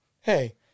hey